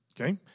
Okay